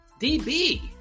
DB